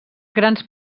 grans